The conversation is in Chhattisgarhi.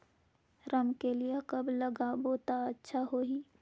रमकेलिया कब लगाबो ता अच्छा होही?